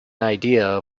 idea